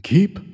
Keep